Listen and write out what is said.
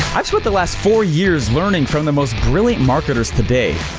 i've spent the last four years learning from the most brilliant marketers today.